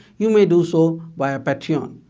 you may do so via patreon.